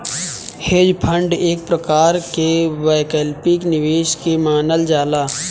hedge fund एक प्रकार के वैकल्पिक निवेश के मानल जाला